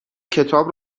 کتاب